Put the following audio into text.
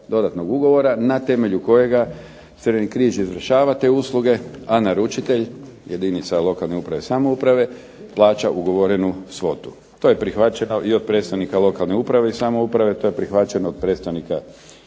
na temelju kojega Crveni križ izvršava te usluge, a naručitelj, jedinica lokalne uprave i samouprave plaća ugovorenu svotu. To je prihvaćeno i od predstavnika lokalne uprave i samouprave, to je prihvaćeno od predstavnika